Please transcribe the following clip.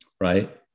right